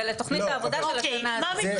זה לתוכנית העבודה של השנה הזאת.